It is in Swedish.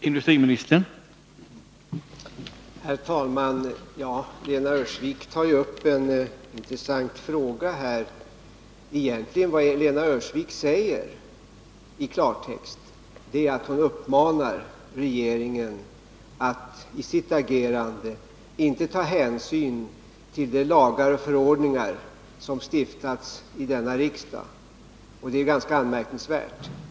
Herr talman! Lena Öhrsvik tar upp en intressant fråga. Vad Lena Öhrsvik egentligen säger är i klartext en uppmaning till regeringen att i sitt agerande inte ta hänsyn till de lagar och förordningar som stiftats i denna riksdag. Det är ganska anmärkningsvärt.